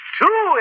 two